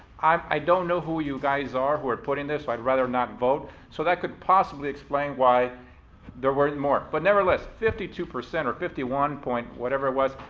i don't know who you guys are who are putting this so i'd rather not vote so that could possibly explain why there weren't more. but nevertheless fifty two percent or fifty one point whatever it was,